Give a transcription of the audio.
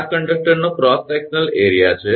આ કંડક્ટરનો cross section area છે